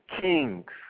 kings